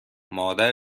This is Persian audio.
مادر